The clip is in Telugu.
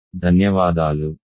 ధన్యవాదాలు